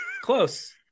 Close